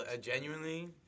Genuinely